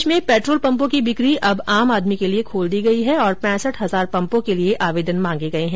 देश में पेट्रोलपंपों की बिक्री अब आम आदमी के लिए खोल दी गयी है तथा पैंसठ हजार पंपों के लिए आवेदन मांगे गये हैं